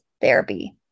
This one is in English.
Therapy